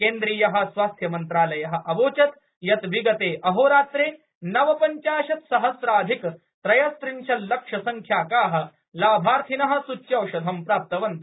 केन्द्रीय स्वास्थ्य मंत्रालय अवोचत् यत् विगते अहोरात्रे नवपञ्चाशत् सहस्राधिक त्रयस्त्रिंशल्लक्ष संख्याका लाभार्थिन सूच्यौषधं प्राप्तवन्त